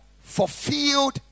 Fulfilled